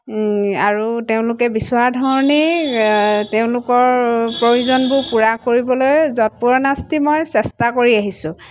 আৰু তেওঁলোকে বিচৰা ধৰণেই তেওঁলোকৰ প্ৰয়োজনবোৰ পূৰা কৰিবলৈ যৎপৰোনাস্তি মই চেষ্টা কৰি আহিছোঁ